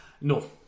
no